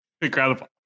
incredible